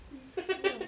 weeks !wah!